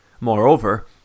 Moreover